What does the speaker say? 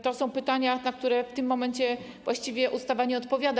To są pytania, na które w tym momencie właściwie ustawa nie odpowiada.